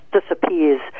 disappears